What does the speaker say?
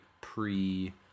pre